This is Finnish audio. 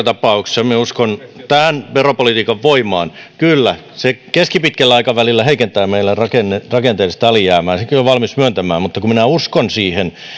tapauksessa minä uskon tämän veropolitiikan voimaan kyllä se keskipitkällä aikavälillä heikentää meillä rakenteellista rakenteellista alijäämää senkin olen valmis myöntämään mutta kun minä uskon siihen